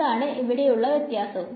അതാണ് ഇവിടെ ഉള്ള വ്യത്യാസവും